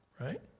right